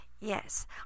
Yes